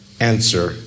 answer